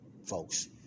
folks